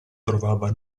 trovava